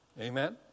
amen